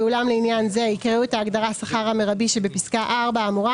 ואולם לעניין זה יקראו את ההגדרה "השכר המרבי" שבפסקה (4) האמורה